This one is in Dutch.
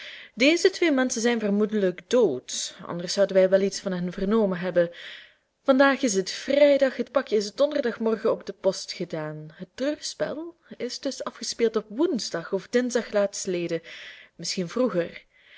deze twee menschen zijn vermoedelijk dood anders zouden wij wel iets van hen vernomen hebben vandaag is het vrijdag het pakje is donderdagmorgen op de post gedaan het treurspel is dus afgespeeld op woensdag of dinsdag l l misschien vroeger